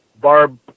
Barb